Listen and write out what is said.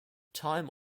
time